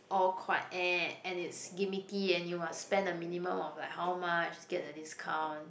all quite and and it's gimmicky and you must spend a minimum of like how much to get the discount